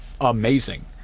amazing